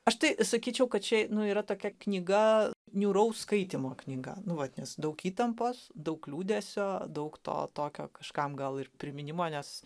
aš tai sakyčiau kad čia nu yra tokia knyga niūraus skaitymo knyga nu vat nes daug įtampos daug liūdesio daug to tokio kažkam gal ir priminimo nes